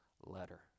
letter